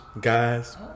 Guys